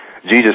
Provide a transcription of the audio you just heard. Jesus